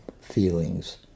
feelings